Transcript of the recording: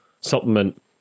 supplement